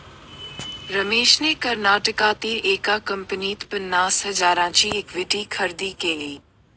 रमेशने कर्नाटकातील एका कंपनीत पन्नास हजारांची इक्विटी खरेदी केली